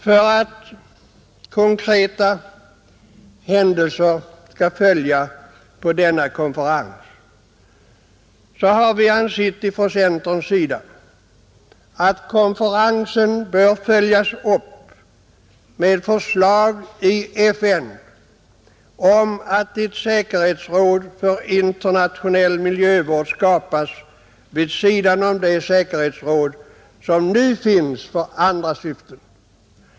För att konkreta insatser skall följa på denna konferens har vi från centerns sida ansett att konferensen bör följas upp med förslag i FN om att ett säkerhetsråd för internationell miljövård skapas vid sidan om det säkerhetsråd som nu finns för andra syften.